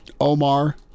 Omar